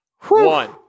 One